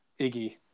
Iggy